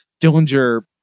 Dillinger